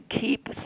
keep